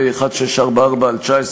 פ/1644/19,